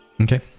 Okay